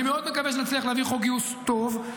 אני מאוד מקווה שנצליח להעביר חוק גיוס טוב,